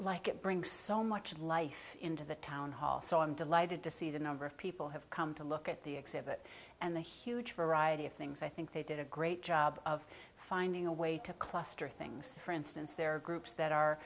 like it brings so much of life into the town hall so i'm delighted to see the number of people have come to look at the exhibit and the huge variety of things i think they did a great job of finding a way to cluster things for instance there are groups that are